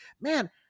man